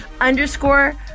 underscore